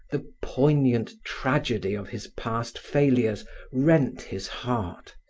the poignant tragedy of his past failures rent his heart.